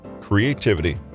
creativity